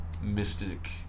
mystic